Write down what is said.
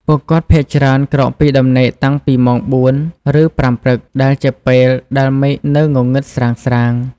ពួកគាត់ភាគច្រើនក្រោកពីដំណេកតាំងពីម៉ោង ៤ ឬ ៥ ព្រឹក ដែលជាពេលដែលមេឃនៅងងឹតស្រាងៗ។